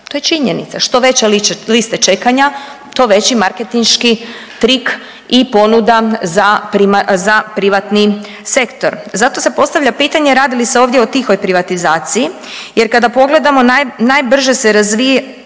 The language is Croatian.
to je činjenica, što veće liste čekanja to veći marketinški trik i ponuda za, za privatni sektor. Zato se postavlja pitanje radi li se ovdje o tihoj privatizaciji jer kada pogledamo naj, najbrže se razvijaju